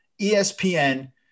ESPN